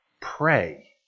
pray